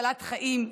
הצלת חיים,